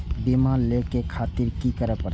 बीमा लेके खातिर की करें परतें?